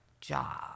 job